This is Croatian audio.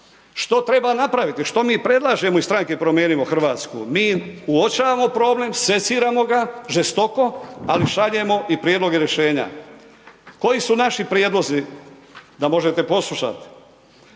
Što treba napraviti, što mi predlažemo iz stranke Promijenimo Hrvatsku, mi uočavamo problem, seciramo ga žestoko ali šaljemo i prijedloge rješenja. Koji su naši prijedlozi da možete poslušati.